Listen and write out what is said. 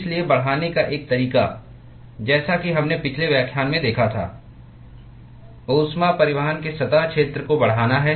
इसलिए बढ़ाने का एक तरीका जैसा कि हमने पिछले व्याख्यान में देखा था ऊष्मा परिवहन के सतह क्षेत्र को बढ़ाना है